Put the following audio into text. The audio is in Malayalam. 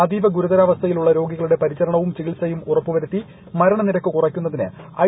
അതീവ ഗുരുതരാവസ്ഥയിലുള്ള രോഗികളുടെ പരിചരണവും ചികിത്സയും ഉറപ്പുവരുത്തി മരണ നിരക്ക് കുറയ്ക്കുന്നതിന് ഐ